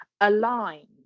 aligned